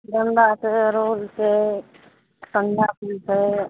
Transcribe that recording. गेंदा छै अरहुल छै संझा फूल छै